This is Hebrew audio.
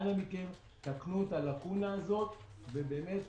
אנא מכם, תקנו את הלקונה הזו, ובאמת